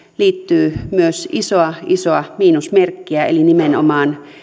liittyy myös isoa isoa miinusmerkkiä eli nimenomaan